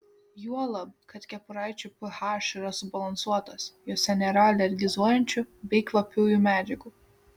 juolab kad kepuraičių ph yra subalansuotas jose nėra alergizuojančių bei kvapiųjų medžiagų